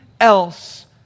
else